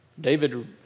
David